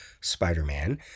Spider-Man